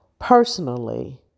Personally